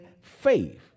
faith